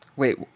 Wait